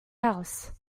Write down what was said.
house